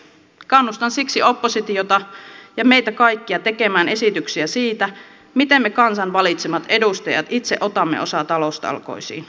kannustan siksi oppositiota ja meitä kaikkia tekemään esityksiä siitä miten me kansan valitsemat edustajat itse otamme osaa taloustalkoisiin